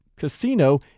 casino